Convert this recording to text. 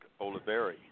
Oliveri